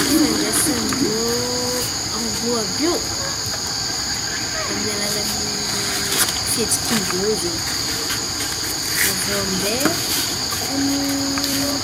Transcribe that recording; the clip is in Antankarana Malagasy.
Fifandrainsan-drô amboa àby io, amin'ny alalan'ny fihetsikin-drô zen̈y aviô aminjay amin'ny